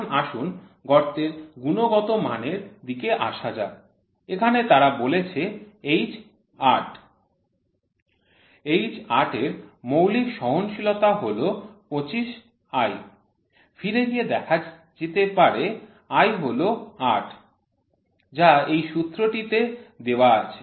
এখন আসুন গর্তের গুনগত মানের দিকে আসা যাক এখানে তারা বলেছে H8 H8 এর মৌলিক সহনশীলতা হল 25i ফিরে গিয়ে দেখতে পাবেন i হল 8 যা এই সূত্রটি তে দেওয়া আছে